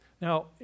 Now